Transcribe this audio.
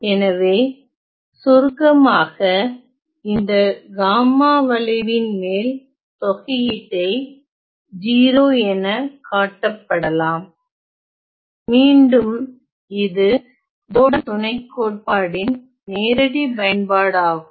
எனவே சுருக்கமாக இந்த காமா வளைவின் மேல் தொகையீட்டை 0 என காட்டப்படலாம் மீண்டும் இது ஜோர்டான் துணைக்கோட்பாட்டின் நேரடி பயன்பாடாகும்